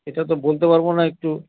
এটা তো বলতে পারব না একটু